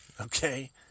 okay